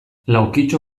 laukitxo